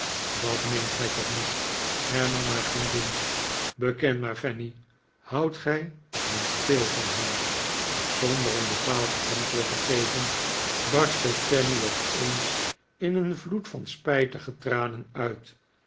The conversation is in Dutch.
dat meent gij toch niet hernam haar vriendin beken maar fanny houdt gij niet veel van hem zonder een bepaald antwoord te geven barstte fanny opeens in een vloed van spijtige tranen uit